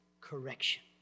correction